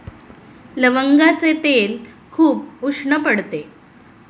लवंगाचे तेल खूप उष्ण पडते